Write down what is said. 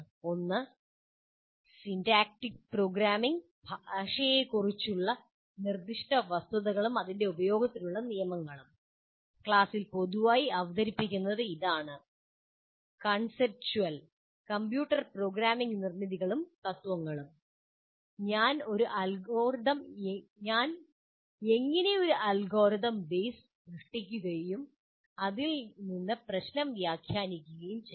ഒന്ന് syntactic programming ഭാഷയെക്കുറിച്ചുള്ള നിർദ്ദിഷ്ട വസ്തുതകളും അതിന്റെ ഉപയോഗത്തിനുള്ള നിയമങ്ങളും ക്ലാസ്സിൽ പൊതുവായി അവതരിപ്പിക്കുന്നത് ഇതാണ് കൺസെപ്ച്വൽ കമ്പ്യൂട്ടർ പ്രോഗ്രാമിംഗ് നിർമ്മിതികളും തത്ത്വങ്ങളും ഞാൻ എങ്ങനെ ഒരു അൽഗോരിതം ബേസ് സൃഷ്ടിക്കുകയും അതിൽ നിന്ന് പ്രശ്നം വ്യാഖ്യാനിക്കുകയും ചെയ്യും